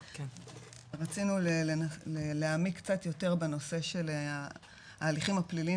רצינו להעמיק קצת יותר בנושא של ההליכים הפליליים,